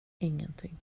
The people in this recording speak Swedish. ingenting